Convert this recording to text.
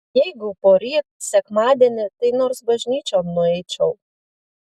jeigu poryt sekmadienį tai nors bažnyčion nueičiau